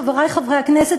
חברי חברי הכנסת,